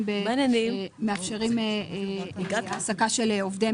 מאפשרים העסקה של עובדי